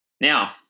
Now